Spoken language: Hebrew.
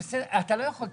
אתה לא יכול לתקן.